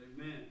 Amen